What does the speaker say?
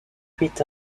huit